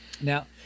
Now